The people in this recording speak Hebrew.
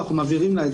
אנחנו מעבירים לה,